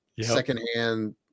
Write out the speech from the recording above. secondhand